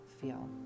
feel